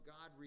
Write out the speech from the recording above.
God